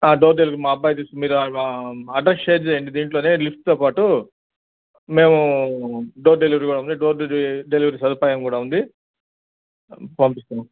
door delivery మా అబ్బాయి తీసుకొస్ మీరు అడ్రస్ షేర్ చేయండి దీంట్లో లిస్టుతో పాటు మేము డోర్ డెలివరీ ఉంది డోర్ డెలివరీ డెలివరీ సదుపాయం కూడా ఉంది పంపిస్తాము